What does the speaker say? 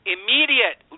Immediate